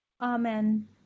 Amen